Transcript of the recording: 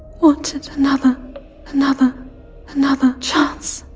wanted another another another chance